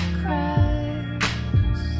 cries